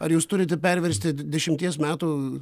ar jūs turite perversti dešimties metų